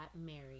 married